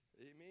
Amen